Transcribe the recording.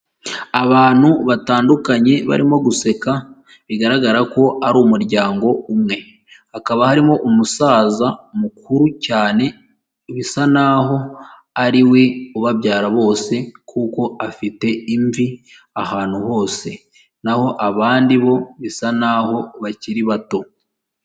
Abantu batandukanye barimo guseka bigaragara ko ari umuryango umwe hakaba harimo umusaza mukuru cyane bisa n'aho ari we ubabyara bose kuko afite imvi ahantu hose naho abandi bo bisa n'aho bakiri bato.